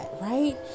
right